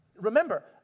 remember